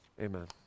Amen